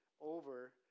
over